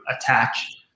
attach